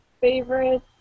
favorite